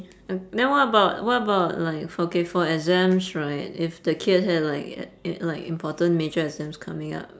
then what about what about like for k for exams right if the kids had like h~ li~ like important major exams coming up